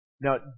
Now